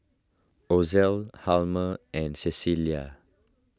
Ozell Hjalmer and Cecelia